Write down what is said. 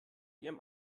ihrem